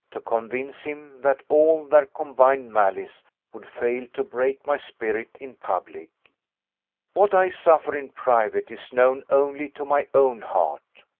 to convince him that all their combined malice would fail to break my spirit in public what i suffer in private is known only to my own heart.